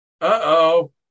Uh-oh